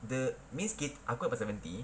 the means kita aku dapat seventy